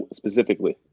specifically